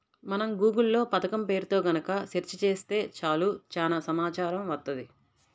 మనం గూగుల్ లో పథకం పేరుతో గనక సెర్చ్ చేత్తే చాలు చానా సమాచారం వత్తది